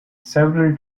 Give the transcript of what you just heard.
several